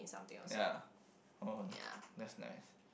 something also ya